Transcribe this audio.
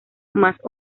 más